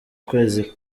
kwezi